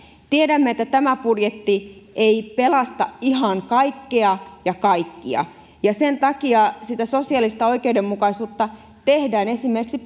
tiedämme että tämä budjetti ei pelasta ihan kaikkea ja kaikkia ja sen takia sitä sosiaalista oikeudenmukaisuutta tehdään esimerkiksi